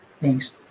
Thanks